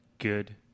Good